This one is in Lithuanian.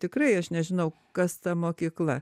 tikrai aš nežinau kas ta mokykla